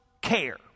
care